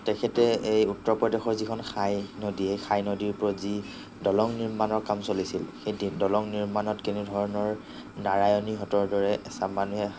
তেখেতে এই উত্তৰ প্ৰদেশৰ যিখন সাই নদী এই সাই নদীৰ ওপৰত যি দলং নিৰ্মাণৰ কাম চলিছিল সেই দি দলং নিৰ্মাণত কেনেধৰণৰ নাৰায়ণীহঁতৰ দৰে এচাম মানুহে